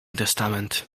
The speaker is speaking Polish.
testament